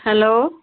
hello